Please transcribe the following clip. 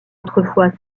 autrefois